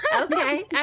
Okay